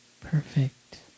perfect